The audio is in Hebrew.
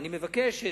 אני מבקש,